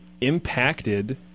impacted